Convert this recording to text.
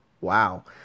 Wow